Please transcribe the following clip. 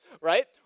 Right